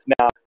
Now